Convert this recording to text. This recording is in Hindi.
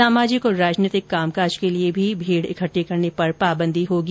सामाजिक और राजनीतिक कामकाज के लिए भी भीड़ इकट्ठी करने पर पाबंदी होगी